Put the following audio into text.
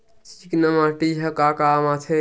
चिकना माटी ह का काम आथे?